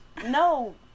No